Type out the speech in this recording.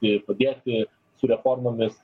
jai ir padėti su reformomis